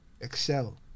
Excel